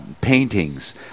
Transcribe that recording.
paintings